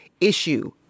issue